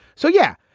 so, yeah,